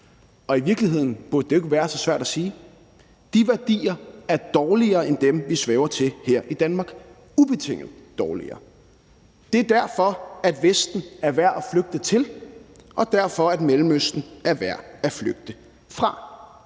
Og i virkeligheden burde det ikke være så svært at sige: De værdier er dårligere end dem, vi sværger til her i Danmark – ubetinget dårligere. Det er derfor, at Vesten er værd at flygte til, og derfor, at Mellemøsten er værd at flygte fra.